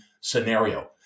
scenario